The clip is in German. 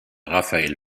rafael